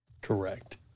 Correct